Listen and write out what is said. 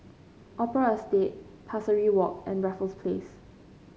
Opera Estate Pesari Walk and Raffles Place